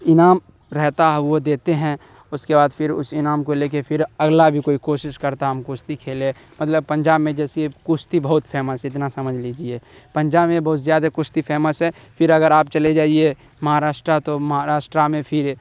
انعام رہتا ہے وہ دیتے ہیں اس کے بعد پھر اس انعام کو لے کے پھر اگلا بھی کوئی کوشش کرتا ہے ہم کشتی کھیلے مطلب پنجاب میں جیسے کشتی بہت فیمس ہے اتنا سمجھ لیجیے پنجاب میں بہت زیادہ کشتی فیمس ہے پھر اگر آپ چلے جائیے مہاراشٹر تو مہاراشٹر میں پھر